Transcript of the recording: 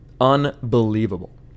Unbelievable